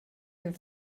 her